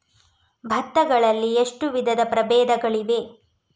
ಭತ್ತ ಗಳಲ್ಲಿ ಎಷ್ಟು ವಿಧದ ಪ್ರಬೇಧಗಳಿವೆ?